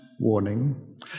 warning